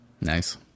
Nice